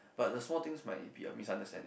but the small things might be a misunderstanding